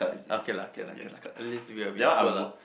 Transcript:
okay lah K lah K lah at least we will be equal lah